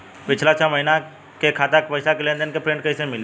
पिछला छह महीना के खाता के पइसा के लेन देन के प्रींट कइसे मिली?